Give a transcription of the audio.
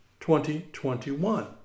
2021